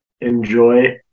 enjoy